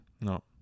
No